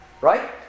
Right